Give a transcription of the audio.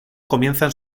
comienzan